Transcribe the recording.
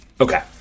Okay